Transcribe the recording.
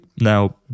Now